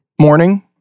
morning